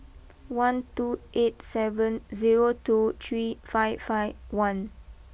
one two eight seven zero two three five five one